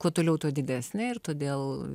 kuo toliau tuo didesnė ir todėl